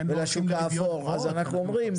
אז אנחנו אומרים,